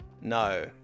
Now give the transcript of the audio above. no